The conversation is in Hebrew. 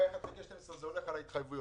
הרי חלוקה על פי 1/12 הולכת לפי ההתחייבויות.